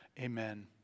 Amen